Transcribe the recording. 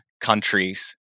countries